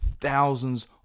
Thousands